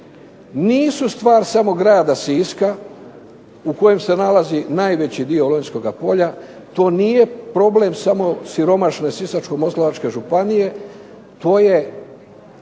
nisu stvar samo Grada Siska u kojem se nalazi najveći dio Lonjskoga polja. To nije problem samo siromašne Sisačko-moslavačke županije, to je